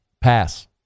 Pass